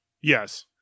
Yes